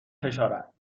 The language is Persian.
فشارد